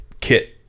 kit